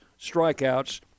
strikeouts